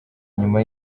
nyuma